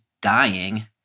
dying